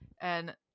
and-